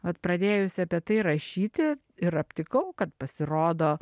vat pradėjusi apie tai rašyti ir aptikau kad pasirodo